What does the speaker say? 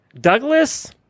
Douglas